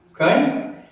Okay